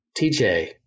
TJ